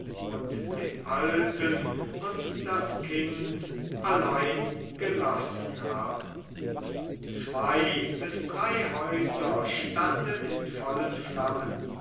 und den alten und das kind allein gelassen haben zwei bis drei häuser standen in vollen flammen